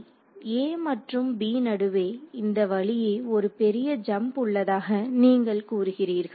a மற்றும் b நடுவே இந்த வழியே ஒரு பெரிய ஜம்ப் உள்ளதாக நீங்கள் கூறுகிறீர்கள்